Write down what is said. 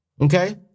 Okay